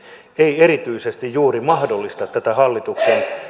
ei erityisesti juuri mahdollista tätä hallituksen